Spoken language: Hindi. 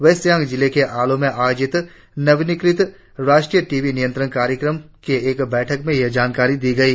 वेस्ट सियांग जिले के आलो में आयोजित नवीनीक्रत राष्ट्रीय टीवी नियत्रंण कार्यक्रम के एक बैठक में ये जानकारी दी गई